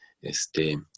Este